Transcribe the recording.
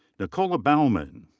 nicola baumann.